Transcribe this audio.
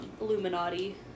Illuminati